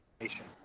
Nation